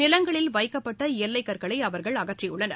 நிலங்களில் வைக்கப்பட்ட எல்லைக்கற்களை அவர்கள் அகற்றியுள்ளனர்